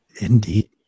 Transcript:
Indeed